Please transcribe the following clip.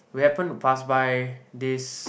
we happen to pass by this